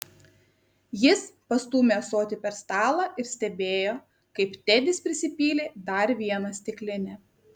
jis pastūmė ąsotį per stalą ir stebėjo kaip tedis prisipylė dar vieną stiklinę